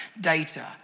data